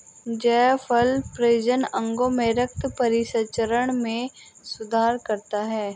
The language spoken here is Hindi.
जायफल प्रजनन अंगों में रक्त परिसंचरण में सुधार करता है